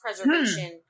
preservation